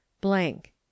blank